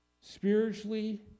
spiritually